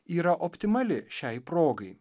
yra optimali šiai progai